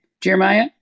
Jeremiah